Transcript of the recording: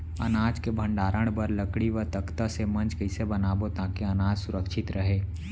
अनाज के भण्डारण बर लकड़ी व तख्ता से मंच कैसे बनाबो ताकि अनाज सुरक्षित रहे?